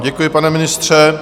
Děkuji vám, pane ministře.